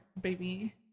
baby